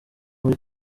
muri